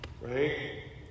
right